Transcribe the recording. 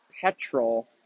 petrol